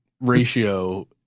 ratio